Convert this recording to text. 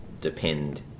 depend